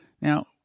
Now